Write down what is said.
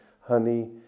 honey